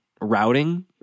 routing